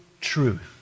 truth